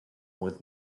with